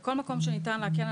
ובכול מקום שניתן להקל,